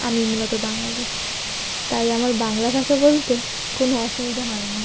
আমি মূলত বাঙালি তাই আমার বাংলা ভাষা বলতে কোনও অসুবিধা হয় না